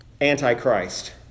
Antichrist